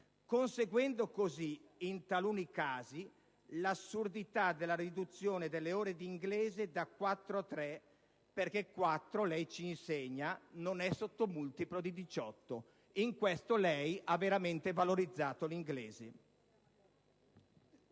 conseguendo così, in taluni casi, l'assurdità della riduzione delle ore di inglese da quattro a tre perché 4 - lei ci insegna - non è sottomultiplo di 18. In questo lei ha veramente valorizzato l'inglese!